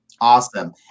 Awesome